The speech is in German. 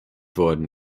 worden